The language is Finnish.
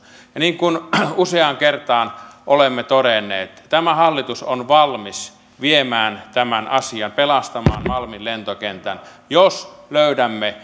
ja niin kuin useaan kertaan olemme todenneet tämä hallitus on valmis viemään tämän asian pelastamaan malmin lentokentän jos löydämme